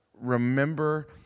remember